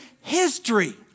history